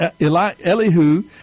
Elihu